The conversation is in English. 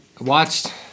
watched